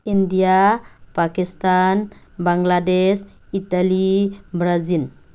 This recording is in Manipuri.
India Pakistan Bangladesh Italy Brazil